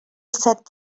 set